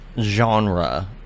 genre